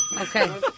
okay